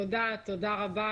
תודה רבה,